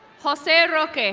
jose and roque. ah